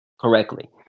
correctly